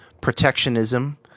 protectionism